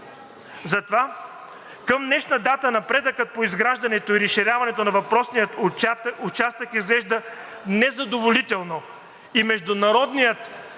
Затова към днешна дата напредъкът по изграждането и разширяването на въпросния участък изглежда незадоволително и международният